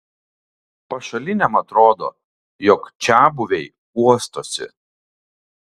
pašaliniam atrodo jog čiabuviai uostosi